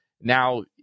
Now